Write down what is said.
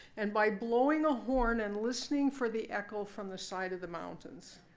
and by blowing a horn, and listening for the echo from the side of the mountains.